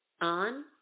on